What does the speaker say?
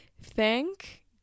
thank